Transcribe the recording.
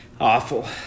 Awful